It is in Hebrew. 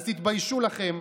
אז תתביישו לכם.